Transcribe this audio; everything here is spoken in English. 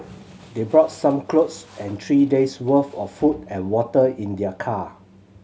they brought some clothes and three days' worth of food and water in their car